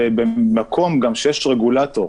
ובמקום שבו יש רגולטור,